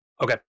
Okay